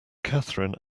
katherine